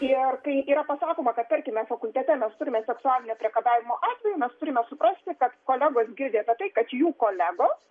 ir kai yra pasakoma kad tarkime fakultete mes turime seksualinio priekabiavimo atvejų mes turime suprasti kad kolegos girdi apie tai kad jų kolegos